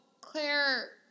Claire